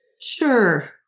sure